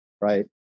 right